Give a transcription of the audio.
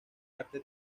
arte